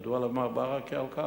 חבר הכנסת ברכה, ידוע לך על כך?